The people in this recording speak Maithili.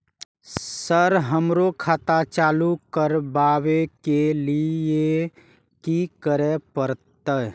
सर हमरो खाता चालू करबाबे के ली ये की करें परते?